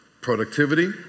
Productivity